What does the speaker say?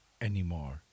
anymore